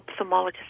ophthalmologist